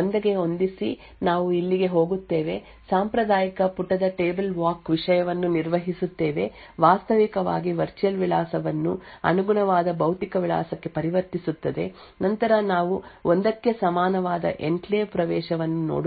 1 ಗೆ ಹೊಂದಿಸಿ ನಾವು ಇಲ್ಲಿಗೆ ಹೋಗುತ್ತೇವೆ ಸಾಂಪ್ರದಾಯಿಕ ಪುಟದ ಟೇಬಲ್ ವಾಕ್ ವಿಷಯವನ್ನು ನಿರ್ವಹಿಸುತ್ತೇವೆ ವಾಸ್ತವಿಕವಾಗಿ ವರ್ಚುಯಲ್ ವಿಳಾಸವನ್ನು ಅನುಗುಣವಾದ ಭೌತಿಕ ವಿಳಾಸಕ್ಕೆ ಪರಿವರ್ತಿಸುತ್ತದೆ ನಂತರ ನಾವು 1 ಕ್ಕೆ ಸಮಾನವಾದ ಎನ್ಕ್ಲೇವ್ ಪ್ರವೇಶವನ್ನು ನೋಡುತ್ತೇವೆ